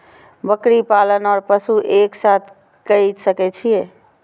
बकरी पालन ओर पशु एक साथ कई सके छी?